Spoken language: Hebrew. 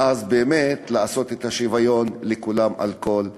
אז באמת, לעשות את השוויון לכולם בכל המגזרים.